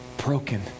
broken